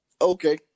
Okay